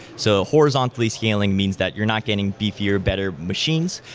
so horizontally scaling means that you're not getting beefier better machines,